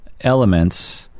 elements